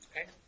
Okay